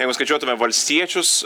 jeigu skaičiuotume valstiečius